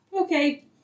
Okay